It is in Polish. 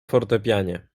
fortepianie